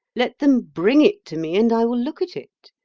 let them bring it to me and i will look at it.